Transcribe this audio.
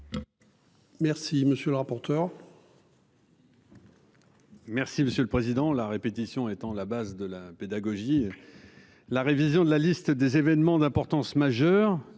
Merci monsieur le rapporteur.